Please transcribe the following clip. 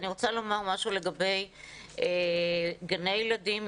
אני רוצה לומר משהו לגבי גני ילדים,